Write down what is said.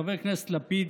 חבר הכנסת לפיד,